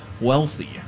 wealthy